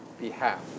behalf